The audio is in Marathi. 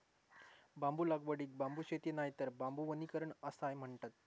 बांबू लागवडीक बांबू शेती नायतर बांबू वनीकरण असाय म्हणतत